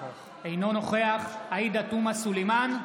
אינו נוכח עאידה תומא סלימאן,